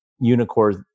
unicorns